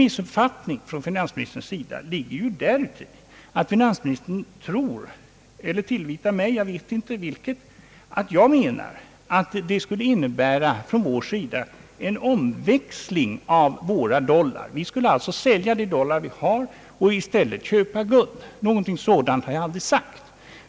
Missuppfattningen från finansministerns sida ligger däruti att han så att säga tillvitar mig den meningen att vi skulle företaga en omväxling av våra dollar. Vi skulle alltså sälja de dollar vi har och i stället köpa guld. Något sådant har jag aldrig sagt!